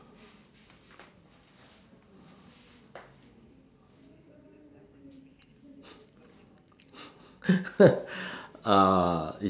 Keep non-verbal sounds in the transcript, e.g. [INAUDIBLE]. [LAUGHS] uh